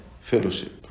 fellowship